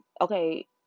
okay